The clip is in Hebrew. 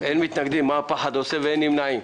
אין מתנגדים ואין נמנעים.